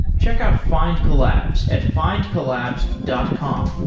check out findcollabs at findcollabs dot com